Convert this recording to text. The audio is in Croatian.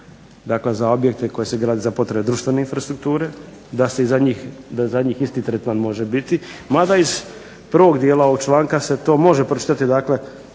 dakle za objekte koji se grade za potrebe društvene infrastrukture, da je za njih isti tretman može biti, mada iz prvog dijela ovog članka se to može pročitati dakle